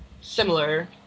similar